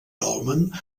dolmen